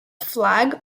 flag